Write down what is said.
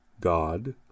God